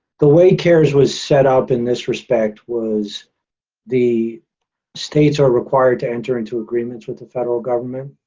the way cares was set up in this respect was the states are required to enter into agreements with the federal government.